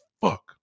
fuck